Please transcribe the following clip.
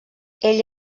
ell